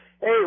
Hey